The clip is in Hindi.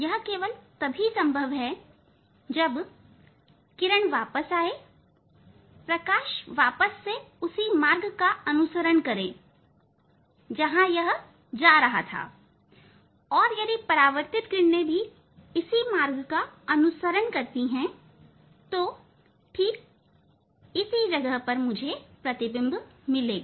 यह केवल तभी संभव है जब किरण वापस आए प्रकाश उसी मार्ग का वापस अनुसरण करें किरण यहां से जा रही थी और यदि परावर्तित किरण भी इसी मार्ग अनुसरण करती है तो ठीक इसी जगह पर मुझे प्रतिबिंब मिलेगा